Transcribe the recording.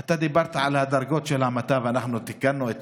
אתה דיברת על הדרגות של ההמתה, ואנחנו תיקנו את